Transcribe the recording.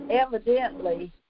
Evidently